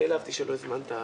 נעלבתי שלא הזמנת יותר.